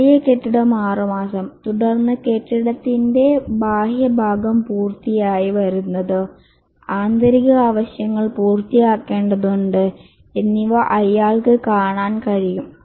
വലിയ കെട്ടിടം 6 മാസം തുടർന്ന് കെട്ടിടത്തിന്റെ ബാഹ്യ ഭാഗം പൂർത്തിയായി വരുന്നത് ആന്തരിക ആവശ്യങ്ങൾ പൂർത്തിയാക്കേണ്ടതുണ്ട് എന്നിവ അയാൾക്ക് കാണാൻ കഴിയും